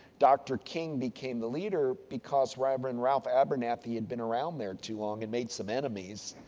dr. king became the leader because reverend ralph abernathy had been around there too long and made some enemies.